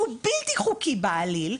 שהוא בלתי חוקי בעליל,